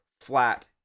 flat